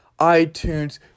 iTunes